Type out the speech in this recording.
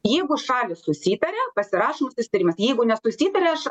jeigu šalys susitaria pasirašomas susitarimas jeigu nesusitaria aš